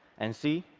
and see